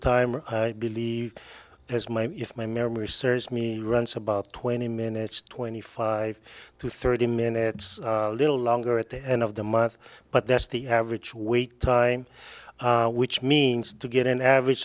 time or believe has my if my memory serves me right it's about twenty minutes twenty five to thirty minutes a little longer at the end of the month but that's the average wait time which means to get an average